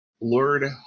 Lord